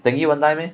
dengue won't die meh